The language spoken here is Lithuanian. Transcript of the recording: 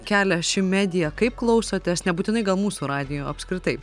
kelia ši medija kaip klausotės nebūtinai gal mūsų radijo apskritai